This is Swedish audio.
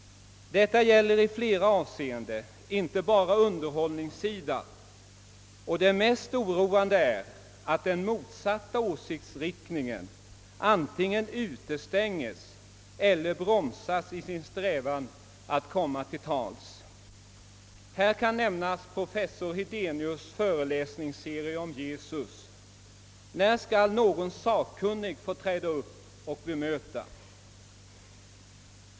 Detta gäller i flera avseenden och inte bara underhållningssidan. Det mest oroande är att den motsatta åsiktsriktningen antingen utestänges eller bromsas i sin strävan att komma till tals. Här kan nämnas professor Hedenius föreläsningsserie om Jesus. När skall någon sakkunnig få träda upp och bemöta honom?